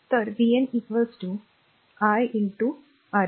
तर vn r i r Rn